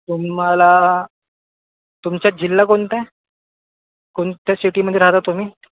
तुम्ही मला तुमचा जिल्हा कोणता आहे कोणत्या सिटीमध्ये राहता तुम्ही